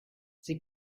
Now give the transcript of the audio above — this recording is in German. sie